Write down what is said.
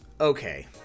okay